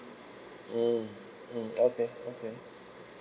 mm mm okay okay